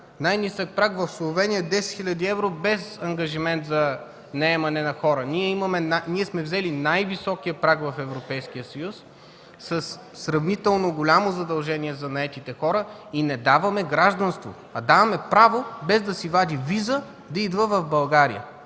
Най-ниският праг е в Словения – 10 хил. евро без ангажимента за наемане на хора. Ние сме взели най-високия праг в Европейския съюз със сравнително голямо задължение за наетите хора и не даваме гражданство, даваме право без да си вади виза да идва в България,